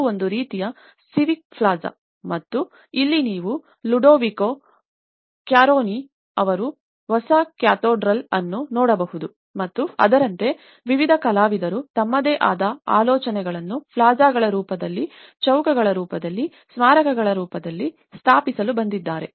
ಇದು ಒಂದು ರೀತಿಯ ಸಿವಿಕ್ ಪ್ಲಾಜಾ ಮತ್ತು ಇಲ್ಲಿ ನೀವು ಲುಡೋವಿಕೊ ಕ್ವಾರೋನಿ ಅವರ ಹೊಸ ಕ್ಯಾಥೆಡ್ರಲ್ ಅನ್ನು ನೋಡಬಹುದು ಮತ್ತು ಅದರಂತೆ ವಿವಿಧ ಕಲಾವಿದರು ತಮ್ಮದೇ ಆದ ಆಲೋಚನೆಗಳನ್ನು ಪ್ಲಾಜಾಗಳ ರೂಪದಲ್ಲಿ ಚೌಕಗಳ ರೂಪದಲ್ಲಿ ಸ್ಮಾರಕಗಳ ರೂಪದಲ್ಲಿ ಸ್ಥಾಪಿಸಲು ಬಂದಿದ್ದಾರೆ